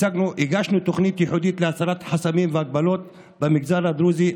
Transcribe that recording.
הגשנו תוכנית ייחודית להסרת חסמים והגבלות במגזר הדרוזי,